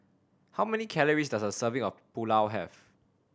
how many calories does a serving of Pulao have